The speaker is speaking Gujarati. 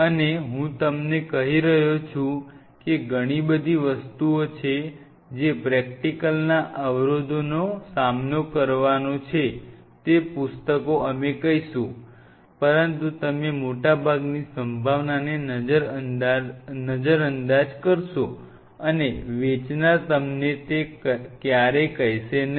અને હું તમને કહી રહ્યો છું કે ઘણી બધી વસ્તુઓ છે જે પ્રેક્ટિકલના અવરોધોનો સામનો કર વાનો છે તે પુસ્તકો અમે કહીશું પરંતુ તમે મોટાભાગની સંભાવનાને નજરઅંદાજ કરશો અને વેચનાર તમને તે ક્યારેય કહેશે નહીં